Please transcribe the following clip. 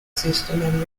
system